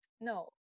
No